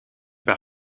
par